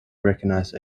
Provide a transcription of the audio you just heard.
recognized